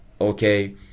okay